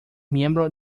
miembro